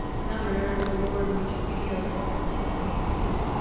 another area of the law in which video conferencing is being used,